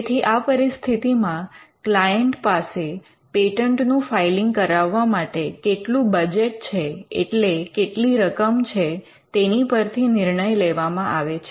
તેથી આ પરિસ્થિતિમાં ક્લાયન્ટ પાસે પેટન્ટ નું ફાઇલિંગ કરાવવા માટે કેટલું બજેટ છે એટલે કેટલી રકમ છે તેની પરથી નિર્ણય લેવામાં આવે છે